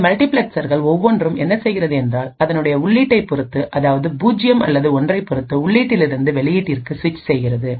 இந்த மல்டிபிளெக்சர்கள் ஒவ்வொன்றும் என்ன செய்கிறது என்றால்அதனுடைய உள்ளீட்டை பொருத்து அதாவது பூஜ்ஜியம் அல்லது ஒன்றை பொருத்து உள்ளீட்டிலிருந்து வெளியீட்டிற்கு ஸ்விச் செய்கிறது